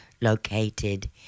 located